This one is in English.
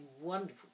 wonderful